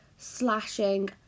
slashing